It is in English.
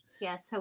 Yes